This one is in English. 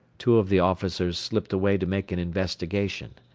two of the officers slipped away to make an investigation.